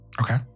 Okay